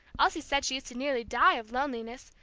elsie said she used to nearly die of loneliness,